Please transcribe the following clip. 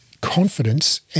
confidence